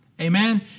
amen